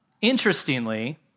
Interestingly